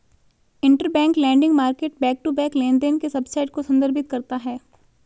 interbank lending market back to back लेनदेन के subset को संदर्भित करता है